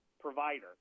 provider